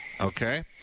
okay